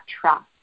trust